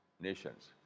nations